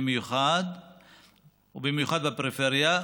במיוחד בפריפריה,